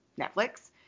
Netflix